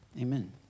Amen